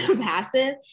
passive